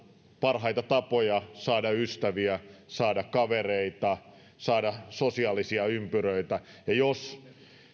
parhaita tapoja saada ystäviä saada kavereita saada sosiaalisia ympyröitä ja jos